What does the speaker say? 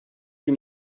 gün